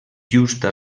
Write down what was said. justa